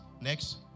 Next